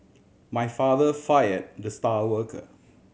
my father fire the star worker